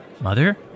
Mother